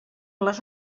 les